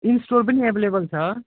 install पनि available छ